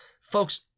Folks